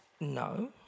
no